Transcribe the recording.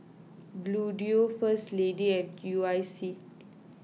Bluedio First Lady and U I C